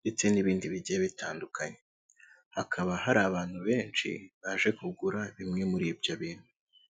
ndetse n'ibindi bigiye bitandukanye. Hakaba hari abantu benshi baje kugura bimwe muri ibyo bintu.